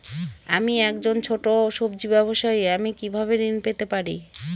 আমি একজন ছোট সব্জি ব্যবসায়ী আমি কিভাবে ঋণ পেতে পারি?